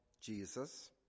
Jesus